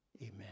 amen